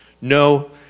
No